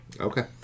Okay